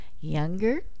Younger